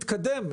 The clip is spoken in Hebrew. להתקדם,